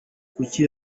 kuki